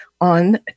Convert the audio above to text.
on